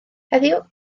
heddiw